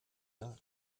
done